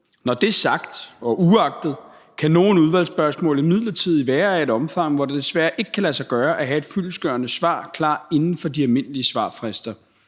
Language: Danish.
Når det er sagt – og uagtet – kan nogle udvalgsspørgsmål imidlertid være af et omfang, hvor det desværre ikke kan lade sig gøre at have et fyldestgørende svar klar inden for de almindelige svarfrister.